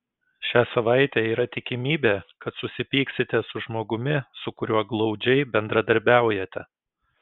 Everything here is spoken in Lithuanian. šią savaitę yra tikimybė kad susipyksite su žmogumi su kuriuo glaudžiai bendradarbiaujate